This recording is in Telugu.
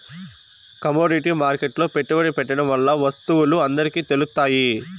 కమోడిటీ మార్కెట్లో పెట్టుబడి పెట్టడం వల్ల వత్తువులు అందరికి తెలుత్తాయి